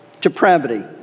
depravity